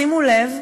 שימו לב,